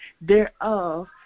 thereof